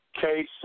case